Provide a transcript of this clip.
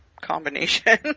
combination